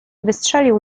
wystrzelił